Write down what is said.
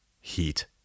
heat